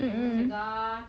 mmhmm